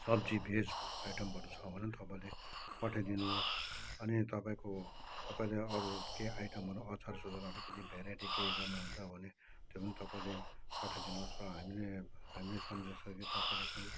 सब्जी भेज आइटमहरू छ भने तपाईँले पठाइदिनुहोस् अनि तपाईँको तपाईँले अरू के आइटमहरू अचार सचार अलिकति भेराइटी केही गर्नुहुन्छ भने त्यो पनि तपाईँले पठाइदिनुहोस् र हामीले हामीले सम्झिएको छ तपाईँले एकदम